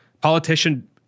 Politician